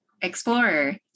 explorer